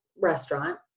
restaurant